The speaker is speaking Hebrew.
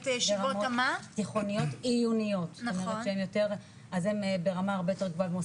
אז הם ברמה הרבה יותר גבוהה,